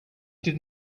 did